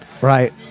Right